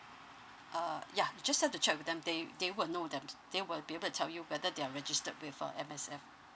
uh yeah you just have to check with them they they will know them they will be able to tell you whether they're registered with uh M_S_F